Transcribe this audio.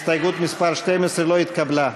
הסתייגות מס' 12 לא התקבלה.